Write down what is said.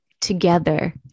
together